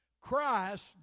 Christ